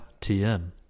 TM